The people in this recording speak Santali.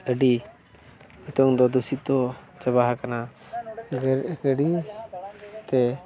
ᱟᱹᱰᱤ ᱱᱤᱛᱚᱝ ᱫᱚ ᱫᱩᱥᱤᱛᱚ ᱪᱟᱵᱟ ᱟᱠᱟᱱᱟ ᱜᱟᱹᱰᱤᱛᱮ